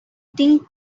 thing